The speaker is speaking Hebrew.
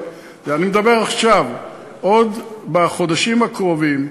אני מדבר על עכשיו, בחודשים הקרובים,